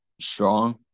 strong